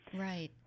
Right